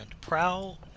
Prowl